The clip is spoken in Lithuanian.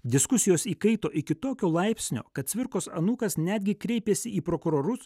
diskusijos įkaito iki tokio laipsnio kad cvirkos anūkas netgi kreipėsi į prokurorus